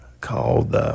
called